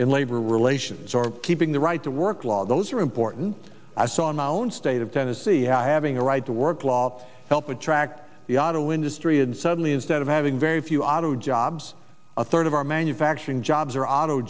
in labor relations or keeping the right to work law those are important i saw in my own state of tennessee having a right to work law help attract the auto industry and suddenly instead of having very few auto jobs a third of our manufacturing jobs are auto